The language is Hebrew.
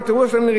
תן לו לדבר.